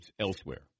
elsewhere